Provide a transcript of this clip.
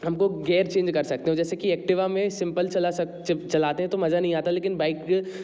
हमको gear change कर सकते हो जैसे कि एक्टिवा में सिंपल चलाते हैं तो मजा नहीं आता लेकिन बाइक